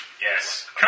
Yes